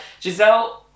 giselle